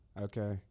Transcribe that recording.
Okay